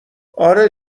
اره